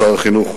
שר החינוך,